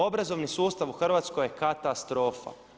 Obrazovani sustav u Hrvatskoj je katastrofa.